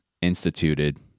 instituted